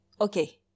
okay